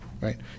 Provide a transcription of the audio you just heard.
right